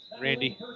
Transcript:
Randy